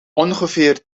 ongeveer